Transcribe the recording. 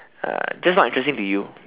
uh just not interesting to you